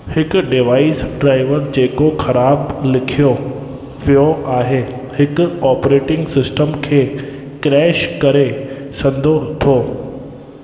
हिकु device driver जेको ख़राब लिखियो वियो आहे हिकु ऑपरेटिंग सिस्टम खे क्रैश करे सघंदो थो